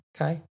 Okay